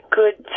good